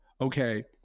okay